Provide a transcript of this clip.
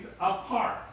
apart